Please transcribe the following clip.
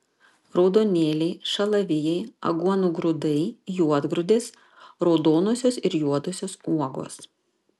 raudonėliai šalavijai aguonų grūdai juodgrūdės raudonosios ir juodosios uogos